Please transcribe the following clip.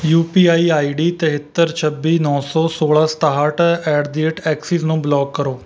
you P I I D ਤਿਹੱਤਰ ਛੱਬੀ ਨੌ ਸੌ ਸੋਲ੍ਹਾਂ ਸਤਾਹਠ ਐਟ ਦਾ ਰੇਟ ਐਕਸਿਸ ਨੂੰ ਬਲਾਕ ਕਰੋ